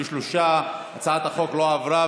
33. הצעת החוק לא עברה,